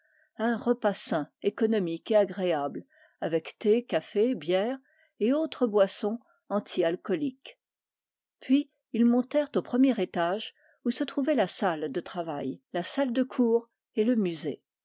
un repas sain économique et agréable avec thé café bière et autres boissons anti alcooliques puis ils montèrent au premier étage où se trouvaient la salle de travail la salle de cours et le musée